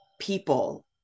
people